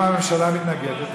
אם הממשלה מתנגדת,